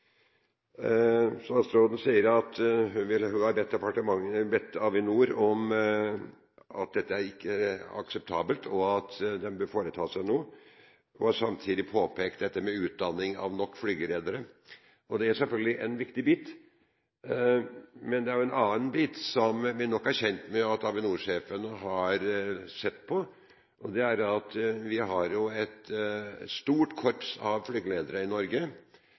Statsråden sier at departementet har gitt tilbakemelding til Avinor om at dette ikke er akseptabelt, og at de bør foreta seg noe. Hun har samtidig påpekt dette med utdanning av nok flygeledere. Det er selvfølgelig en viktig bit. Men det er også en annen bit som vi nok er kjent med at Avinor-sjefen har sett på, og det er at vi har et stort korps av flygeledere i Norge.